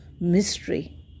mystery